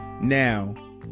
now